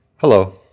Hello